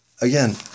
again